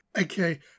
okay